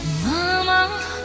Mama